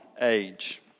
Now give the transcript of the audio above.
age